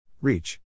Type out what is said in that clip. Reach